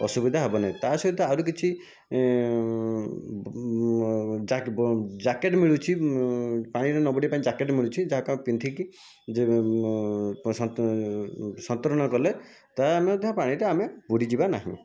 ଅସୁବିଧା ହେବ ନାହିଁ ତା' ସହିତ ଆହୁରି କିଛି ଜ୍ୟାକେଟ୍ ମିଳୁଛି ପାଣିରେ ନବୁଡ଼ିବା ପାଇଁ ଜ୍ୟାକେଟ୍ ମିଳୁଛି ଯାହାକୁ ଆମେ ପିନ୍ଧିକି ସନ୍ତରଣ କଲେ ତାହା ମଧ୍ୟ ପାଣିରେ ଆମେ ବୁଡ଼ିଯିବା ନାହିଁ